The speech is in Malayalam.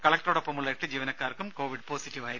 കളക്ടറോടൊപ്പമുള്ള എട്ട് ജീവനക്കാർക്കും കോവിഡ് പോസിറ്റീവായിരുന്നു